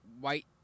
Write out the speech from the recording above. white